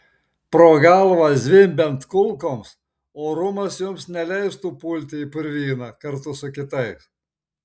pro galvą zvimbiant kulkoms orumas jums neleistų pulti į purvyną kartu su kitais